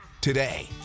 today